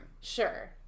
Sure